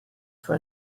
for